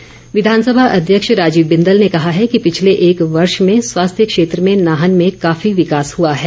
बिंदल विधानसभा अध्यक्ष राजीव बिंदल ने कहा है कि पिछले एक वर्ष में स्वास्थ्य क्षेत्र में नाहन में काफी विकास हआ है